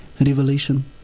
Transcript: revelation